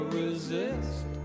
resist